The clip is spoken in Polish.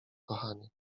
kochanie